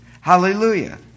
hallelujah